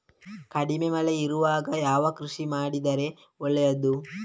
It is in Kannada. ಕಡಿಮೆ ಮಳೆ ಇರುವಾಗ ಯಾವ ಕೃಷಿ ಮಾಡಿದರೆ ಒಳ್ಳೆಯದು?